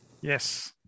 yes